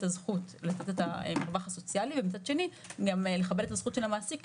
הזכות לתת את המרווח הסוציאלי ומצד שני גם לכבד את הזכות של המעסיק,